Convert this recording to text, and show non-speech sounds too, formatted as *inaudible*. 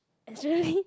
actually *noise*